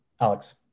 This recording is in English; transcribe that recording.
Alex